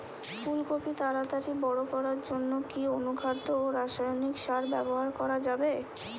ফুল কপি তাড়াতাড়ি বড় করার জন্য কি অনুখাদ্য ও রাসায়নিক সার ব্যবহার করা যাবে?